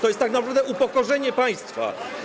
To jest tak naprawdę upokorzenie państwa.